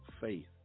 faith